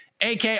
AK